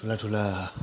ठुला ठुला